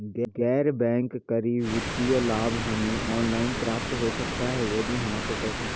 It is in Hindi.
गैर बैंक करी वित्तीय लाभ हमें ऑनलाइन प्राप्त हो सकता है यदि हाँ तो कैसे?